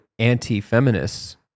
Anti-feminists